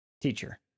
Teacher